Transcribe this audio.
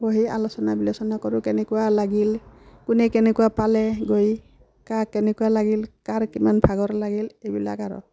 বহি আলোচনা বিলোচনা কৰোঁ কেনেকুৱা লাগিল কোনে কেনেকুৱা পালে গৈ কাৰ কেনেকুৱা লাগিল কাৰ কিমান ভাগৰ লাগিল এইবিলাক আৰু